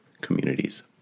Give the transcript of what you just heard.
communities